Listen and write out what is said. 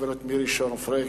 הגברת מירי פרנקל-שור,